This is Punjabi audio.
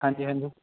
ਹਾਂਜੀ ਹਾਂਜੀ